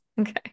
Okay